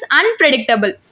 unpredictable